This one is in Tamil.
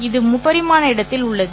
இது முப்பரிமாண இடத்தில் உள்ளது